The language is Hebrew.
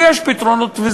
ויש פתרונות,